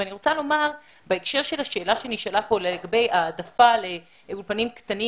ואני רוצה לומר בהקשר של השאלה שנשאלה פה לגבי העדפה לאולפנים קטנים,